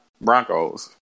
Broncos